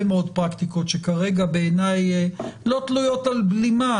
מאוד פרקטיקות שכרגע בעיני לא תלויות על בלימה,